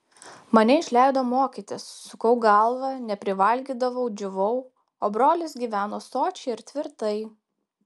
mane išleido mokytis sukau galvą neprivalgydavau džiūvau o brolis gyveno sočiai ir tvirtai